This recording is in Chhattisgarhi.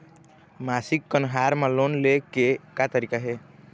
मासिक कन्हार म लोन ले के का तरीका हे?